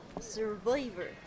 Survivor